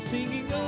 Singing